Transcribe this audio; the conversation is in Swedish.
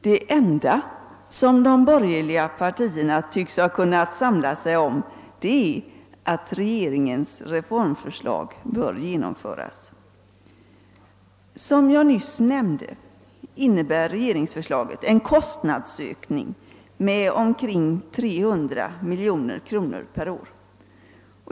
Det enda de borgerliga partierna tycks ha kunnat samla sig om är att regeringens reformförslag bör genomföras. Såsom jag nyss nämnde, innebär regeringsförslaget en kostnadsökning med omkring 300 miljoner kronor per år.